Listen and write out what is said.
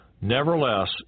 Nevertheless